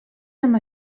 amb